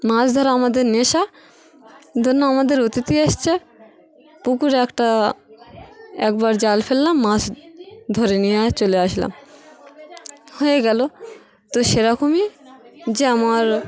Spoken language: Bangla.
মাছ ধরা আমাদের নেশা আমাদের অতিথি এসছে পুকুরে একটা একবার জাল ফেললাম মাছ ধরে নিয়ে চলে আসলাম হয়ে গেল তো সেরকমই যে আমার